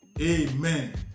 amen